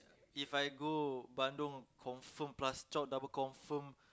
If I go Bandung confirm plus chop double confirm